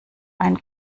einen